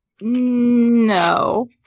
No